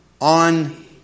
on